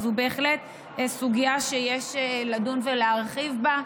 וזאת בהחלט סוגיה שיש לדון ולהרחיב בה.